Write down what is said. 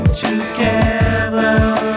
together